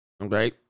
okay